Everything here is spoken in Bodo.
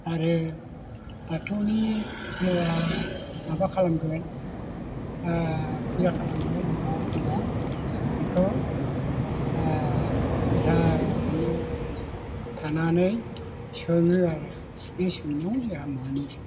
आरो बाथौनि माबा खालामगोन फुजा खालामगोन होमब्ला जोंना बेखौ गोथारैनो थानानै सोङो आरो बे सोंनायाव जाहा मोनो